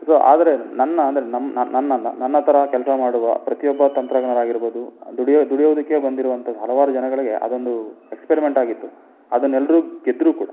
so ಆದರೆ ನನ್ನ ಅಂದರೆ ನಮ್ಮ ನನ್ನ ಥರ ಕೆಲಸ ಮಾಡುವ ಪ್ರತಿಯೊಬ್ಬ ತಂತ್ರಜ್ಞರಾಗಿರ್ಬೋದು ದುಡಿಯೋ ದುಡಿಯೋದಕ್ಕೇ ಬಂದಿರುವಂಥ ಹಲವಾರು ಜನಗಳಿಗೆ ಅದೊಂದು ಎಕ್ಸ್ಪೆರಿಮೆಂಟಾಗಿತ್ತು ಅದನ್ನು ಎಲ್ಲರೂ ಗೆದ್ದರು ಕೂಡ